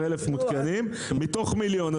16,000 מותקנים מתוך מיליון.